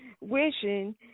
wishing